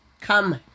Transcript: Come